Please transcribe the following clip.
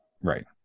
Right